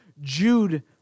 Jude